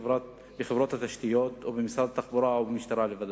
בחברות התשתיות או במשרד התחבורה או במשטרה לבדה.